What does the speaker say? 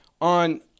on